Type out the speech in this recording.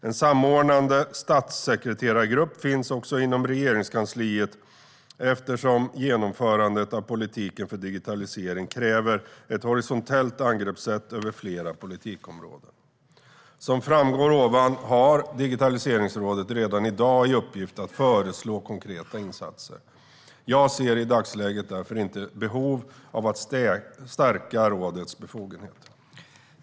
En samordnande statssekreterargrupp finns också inom Regeringskansliet eftersom genomförandet av politiken för digitalisering kräver ett horisontellt angreppssätt över flera politikområden. Som framgår av vad jag har sagt har Digitaliseringsrådet redan i dag i uppgift att föreslå konkreta insatser. Jag ser i dagsläget därför inte behov av att stärka Digitaliseringsrådets befogenheter.